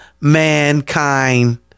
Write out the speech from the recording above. mankind